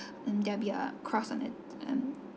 there will be a cross on it and